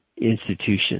institution